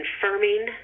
confirming